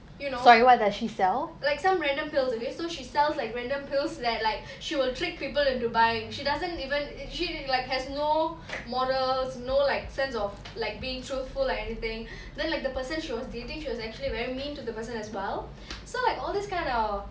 you know like some random pills okay so she sells like random pills that like she will trick people into buying she doesn't even she like has no morals no like sense of like being truthful like anything then like the person she was dating she was actually very mean to the person as well so like all these kind of